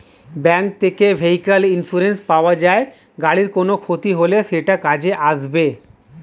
bank থেকে vehicle insurance পাওয়া যায়, গাড়ির কোনো ক্ষতি হলে সেটা কাজে আসবে